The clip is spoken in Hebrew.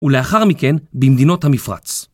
ולאחר מכן במדינות המפרץ.